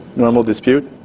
normal dispute?